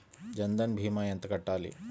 జన్ధన్ భీమా ఎంత కట్టాలి?